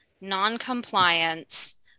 noncompliance